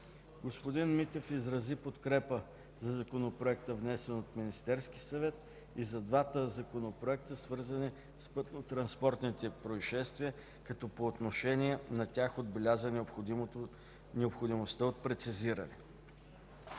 Господин Митев изрази подкрепа за Законопроекта, внесен от Министерския съвет и за двата законопроекта, свързани с пътно-транспортните произшествия, като по отношение на тях отбеляза необходимостта от прецизиране.